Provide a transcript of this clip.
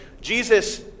Jesus